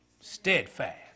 Steadfast